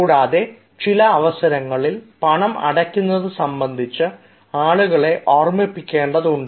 കൂടാതെ ചില അവസരങ്ങളിൽ പണം അടയ്ക്കുന്നത് സംബന്ധിച്ച് ആളുകളെ ഓർമിക്കേണ്ടതുണ്ട്